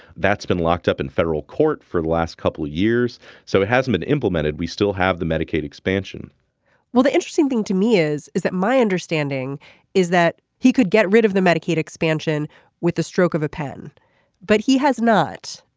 that's been locked up in federal court for the last couple of years so it hasn't been implemented. we still have the medicaid expansion well the interesting thing to me is is that my understanding is that he could get rid of the medicaid expansion with the stroke of a pen but he has not.